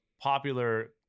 popular